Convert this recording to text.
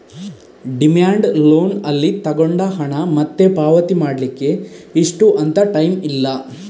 demand loan ಅಲ್ಲಿ ತಗೊಂಡ ಹಣ ಮತ್ತೆ ಪಾವತಿ ಮಾಡ್ಲಿಕ್ಕೆ ಇಷ್ಟು ಅಂತ ಟೈಮ್ ಇಲ್ಲ